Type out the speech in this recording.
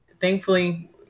Thankfully